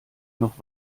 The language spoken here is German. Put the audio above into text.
noch